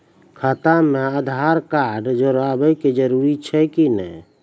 खाता म आधार कार्ड जोड़वा के जरूरी छै कि नैय?